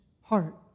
heart